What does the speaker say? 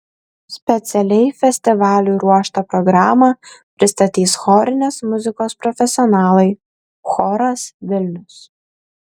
specialiai festivaliui ruoštą programą pristatys chorinės muzikos profesionalai choras vilnius